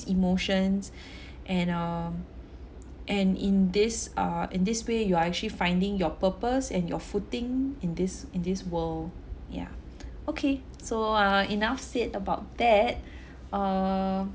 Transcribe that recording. emotions and um and in this uh in this way you are actually finding your purpose and your footing in this in this world ya okay so uh enough said about that err